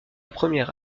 première